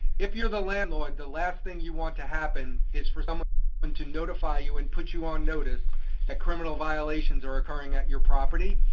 if you're the landlord, the last thing you want to happen is for someone and to notify you and put you on notice that criminal violations are occurring at your property.